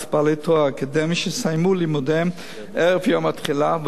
שסיימו לימודיהם ערב יום התחילה ולא על בוגרי חו"ל,